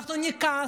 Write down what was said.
אנחנו נכעס,